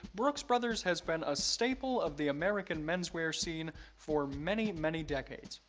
brooks brothers has been a staple of the american menswear scene for many many decades.